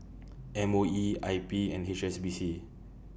M O E I P and H S B C